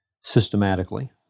systematically